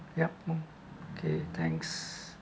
yup mm okay thanks